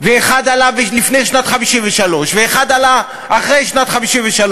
ואחד עלה לפני שנת 1953 ואחד עלה אחרי שנת 1953,